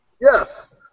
Yes